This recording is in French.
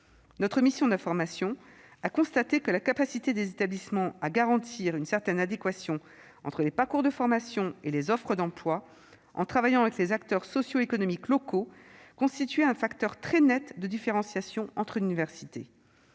Notre mission d'information a constaté que la capacité des établissements à garantir une certaine adéquation entre les parcours de formation et les offres d'emploi, en travaillant avec les acteurs socio-économiques locaux, constituait un facteur très net de différenciation entre universités.